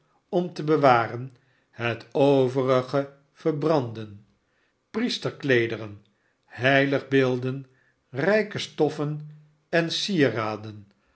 om te bewaren het ovenge verbrandden priesterkleederen heiligenbeelden njke stoffen en sieraden